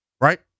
right